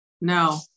No